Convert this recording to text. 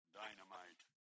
dynamite